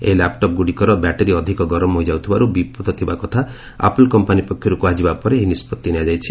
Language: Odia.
ଏହି ଲ୍ୟାପ୍ଟପ ଗୁଡ଼ିକର ବ୍ୟାଟେରୀ ଅଧିକ ଗରମ ହୋଇଯାଉଥିବାରୁ ବିପଦଥିବା କଥା ଆପଲ କମ୍ପାନୀ ପକ୍ଷରୁ କୁହାଯିବାପରେ ଏହି ନିଷ୍ପତ୍ତି ନିଆଯାଇଛି